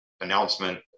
announcement